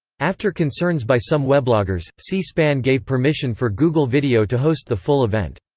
after concerns by some webloggers, c-span gave permission for google video to host the full event.